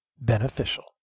beneficial